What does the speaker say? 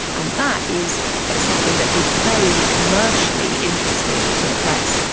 and that is something that is very commercially interesting for the press.